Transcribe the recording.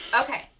okay